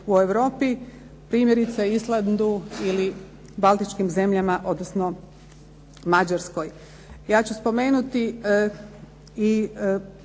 u Europi, primjerice Islandu ili baltičkim zemljama odnosno Mađarskoj. Ja ću spomenuti i